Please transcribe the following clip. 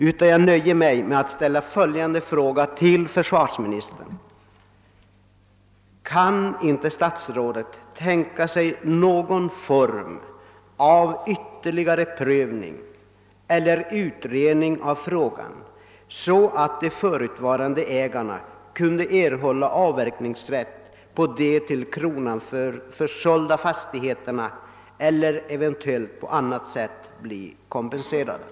utan nöjer mig med att ställa följande fråga till försvarsministern: Kan inte statsrådet tänka sig någon form av ytterligare prövning eller utredning av ärendet, så att de förutvarande ägarna skulle kunna erhålla avverkningsrätt på de till kronan försålda fastigheterna eller eventuellt på annat sätt bli kompenserade?